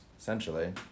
essentially